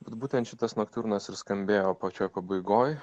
kad būtent šitas noktiurnas ir skambėjo pačioj pabaigoj